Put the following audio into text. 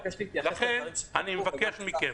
לכן אני מבקש מכם,